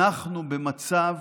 אנחנו במצב